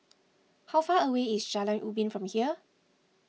how far away is Jalan Ubin from here